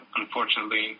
unfortunately